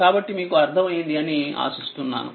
కాబట్టి మీకు అర్ధమయ్యింది అనిఆశిస్తున్నాను